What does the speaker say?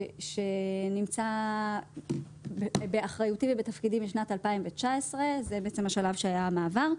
שנמצא באחריותי ובתפקידי משנת 2019 שזה השלב שהיה המעבר,